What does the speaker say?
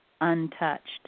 untouched